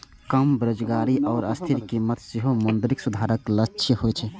कम बेरोजगारी आ स्थिर कीमत सेहो मौद्रिक सुधारक लक्ष्य होइ छै